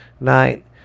night